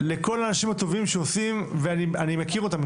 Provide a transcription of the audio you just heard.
לכל האנשים הטובים שעושים ואני מכיר אותם.